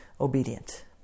obedient